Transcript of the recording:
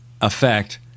effect